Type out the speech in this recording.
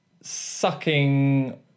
sucking